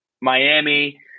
Miami